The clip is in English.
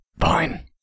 fine